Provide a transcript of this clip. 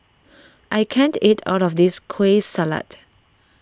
I can't eat all of this Kueh Salat